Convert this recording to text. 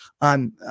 on